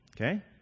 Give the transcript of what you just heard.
Okay